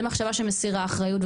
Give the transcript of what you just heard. זה מחשבה שמסירה אחריות,